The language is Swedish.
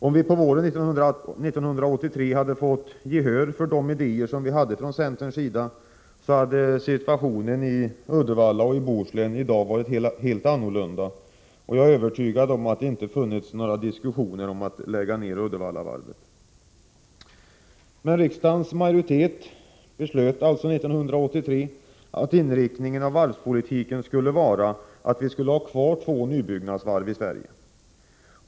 Om vi på våren 1983 hade fått gehör för de idéer som vi hade från centerns sida, hade situationen i Uddevalla och i Bohuslän i dag varit en helt annan, och jag är övertygad om att det då inte hade funnits några diskussioner om att lägga ned Uddevallavarvet. Men riksdagens majoritet beslöt 1983 alltså att inriktningen av varvspolitiken skulle vara att vi skulle ha kvar två nybyggnadsvarv i Sverige.